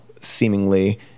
seemingly